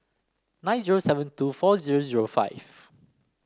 nine zero seven two four zero zero five